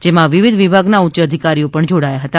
જેમાં વિવિધવિભાગના ઉચ્ય અધિકારીઓ જોડાયા હતા